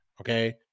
Okay